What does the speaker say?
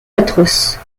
atroces